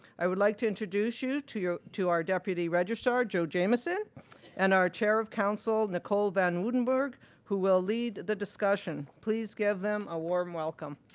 i would like to introduce you to you to our deputy registrar joe jamieson and our chair of council nicole van woudenberg who will lead the discussion. please give them a warm welcome.